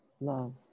love